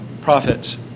profits